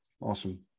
Awesome